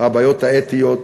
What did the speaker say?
הבעיות האתיות,